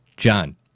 John